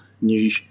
new